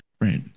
right